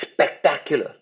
spectacular